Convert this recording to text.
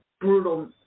brutal